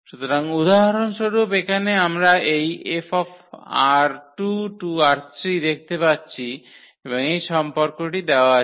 সুতরাং উদাহরণস্বরূপ এখানে আমরা এই F ℝ2 → ℝ3 দেখতে পাচ্ছি এবং এই সম্পর্কটি দেওয়া আছে